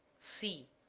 c.